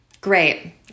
great